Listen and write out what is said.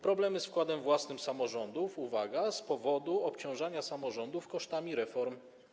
Problemy z wkładem własnym samorządów - uwaga - z powodu obciążania samorządów kosztami reform.